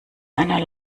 einer